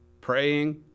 Praying